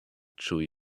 chewy